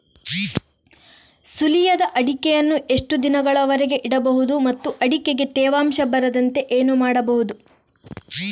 ಸುಲಿಯದ ಅಡಿಕೆಯನ್ನು ಎಷ್ಟು ದಿನಗಳವರೆಗೆ ಇಡಬಹುದು ಮತ್ತು ಅಡಿಕೆಗೆ ತೇವಾಂಶ ಬರದಂತೆ ಏನು ಮಾಡಬಹುದು?